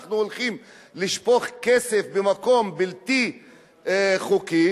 אנחנו הולכים לשפוך כסף במקום בלתי חוקי,